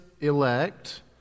elect